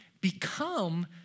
become